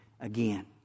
again